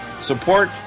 Support